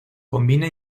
combina